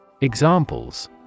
examples